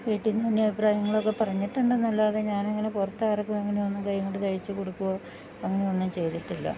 വീട്ടിൽ നിന്ന് വലിയ അഭിപ്രായങ്ങളൊക്കെ പറഞ്ഞിട്ടുണ്ട് എന്നല്ലാതെ ഞാനങ്ങനെ പുറത്താർക്കും അങ്ങനെയൊന്നും കൈകൊണ്ട് തയ്യിച്ച് കൊടുക്കുകയോ അങ്ങനെയൊന്നും ചെയ്തിട്ടില്ല